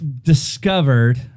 discovered